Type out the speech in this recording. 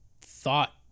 thought